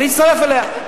אני אצטרף אליה.